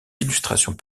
illustrations